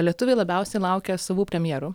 lietuviai labiausiai laukia savų premjerų